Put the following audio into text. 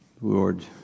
Lord